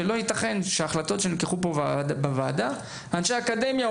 ולא ייתכן שבהחלטות שנלקחו פה בוועדה אנשי האקדמיה או